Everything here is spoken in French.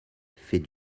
fait